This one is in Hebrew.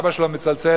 אבא שלו מצלצל,